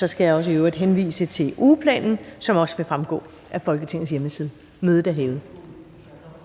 Jeg skal i øvrigt henvise til ugeplanen, som også vil fremgå af Folketingets hjemmeside. Mødet er hævet.